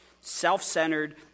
self-centered